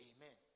Amen